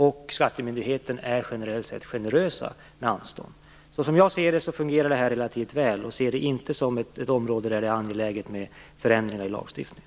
Och skattemyndigheten är generellt sett generös med anstånd. Som jag ser det fungerar det här relativt väl. Jag ser inte detta som ett område där det är angeläget med förändringar i lagstiftningen.